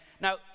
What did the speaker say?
now